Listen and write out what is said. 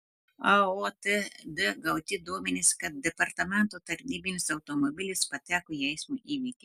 aotd gauti duomenys kad departamento tarnybinis automobilis pateko į eismo įvykį